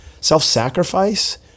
self-sacrifice